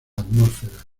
atmósfera